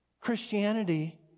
Christianity